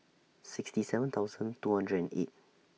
sixty seven thousand two hundred and eight